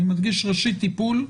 אני מדגיש ראשית טיפול,